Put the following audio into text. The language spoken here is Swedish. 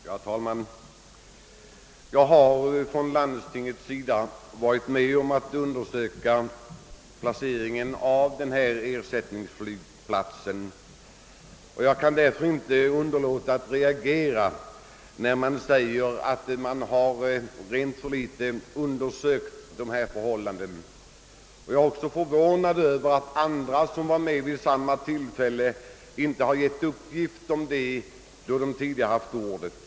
Herr talman! Jag har som representant för landstinget varit med om att undersöka placeringen av en ersättningsflygplats, och jag kan därför inte underlåta att reagera när man säger att förhållandena blivit alltför litet undersökta. Jag är också förvånad över att andra av kammarens ledamöter som varit med vid sådana tillfällen inte läm nat uppgift därom, då de tidigare här haft ordet.